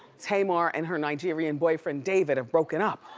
tamar and her nigerian boyfriend, david, have broken up.